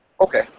Okay